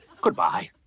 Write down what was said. Goodbye